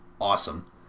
awesome